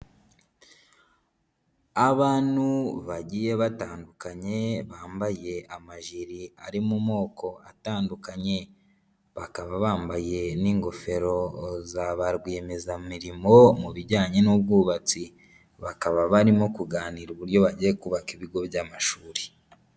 Abantu bagiye batandukanye bambaye amajiri ari mu moko atandukanye. Bakaba bambaye n'ingofero za ba rwiyemezamirimo mu bijyanye n'ubwubatsi. Bakaba barimo kuganira uburyo bagiye kubaka ibigo by'amashuri.